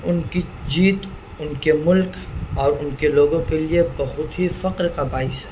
ان کی جیت ان کے ملک اور ان کے لوگوں کے لیے بہت ہی فخر کا باعث ہے